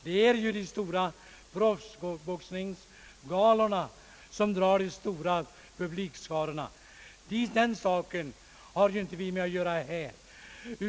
Det är emellertid proffsboxningsgalorna som drar de stora publikskarorna, men den saken har vi inte att göra med här.